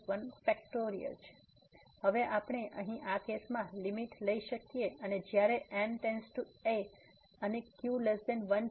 અને હવે આપણે અહીં આ કેસમાં લીમીટ લઈ શકીએ અને જ્યારે n → a છે અને q1 છે